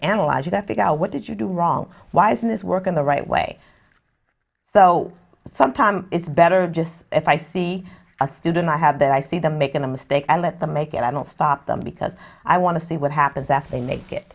analyze you to figure out what did you do wrong why isn't this work in the right way so sometimes it's better just if i see a student i have that i see them making a mistake and let them make it i don't stop them because i want to see what happens after they make it